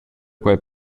quei